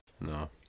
No